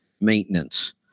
maintenance